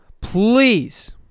please